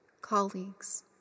colleagues